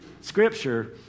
scripture